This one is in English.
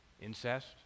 incest